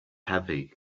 heavy